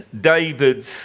David's